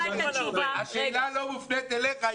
השאלה לא מופנית אליך,